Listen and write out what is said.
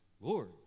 Lord